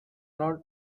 not